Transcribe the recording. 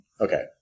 Okay